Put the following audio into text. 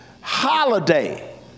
holiday